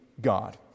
God